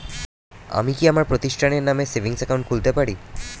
আমি কি আমার প্রতিষ্ঠানের নামে সেভিংস একাউন্ট খুলতে পারি?